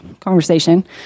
conversation